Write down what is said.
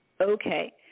okay